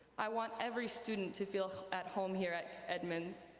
i want every student to feel at home here at edmonds.